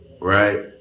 Right